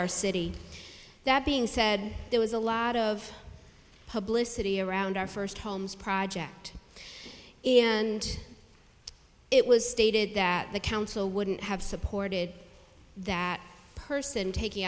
our city that being said there was a lot of publicity around our first homes project and it was stated that the council wouldn't have supported that person taking